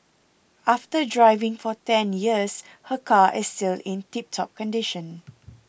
after driving for ten years her car is still in tip top condition